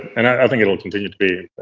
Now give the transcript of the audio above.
and i think it'll continue to be.